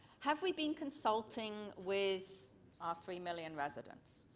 have we been consulting with our three million residents?